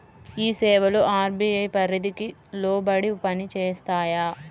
ఈ సేవలు అర్.బీ.ఐ పరిధికి లోబడి పని చేస్తాయా?